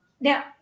Now